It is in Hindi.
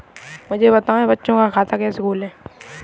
मुझे बताएँ बच्चों का खाता कैसे खोलें?